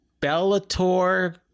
Bellator